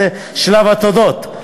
וזה שלב התודות.